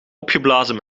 opgeblazen